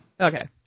okay